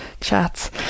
chats